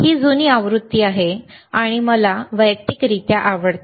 ही जुनी आवृत्ती आहे आणि मला वैयक्तिकरित्या आवडते